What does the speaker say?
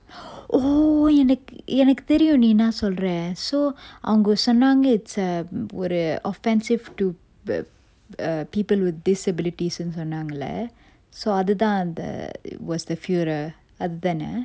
oh எனக்கு எனக்கு தெரியும் நீ என்னா சொல்ற:enakku enakku theriyum nee ennaa solra so அவங்க சொன்னாங்க:avanga sonnanga it's a ஒரு:oru offensive to the people with disabilities னு சொன்னாங்கல:nu sonnangala so அதுதான் அந்த:athuthaan antha was the furar அது தான:athu thaana